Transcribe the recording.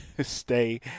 stay